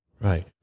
Right